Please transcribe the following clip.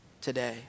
today